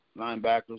linebackers